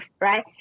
right